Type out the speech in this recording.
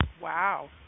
Wow